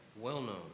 well-known